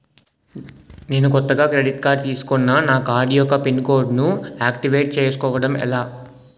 నేను కొత్తగా credit card తిస్కున్నా నా కార్డ్ యెక్క పిన్ కోడ్ ను ఆక్టివేట్ చేసుకోవటం ఎలా?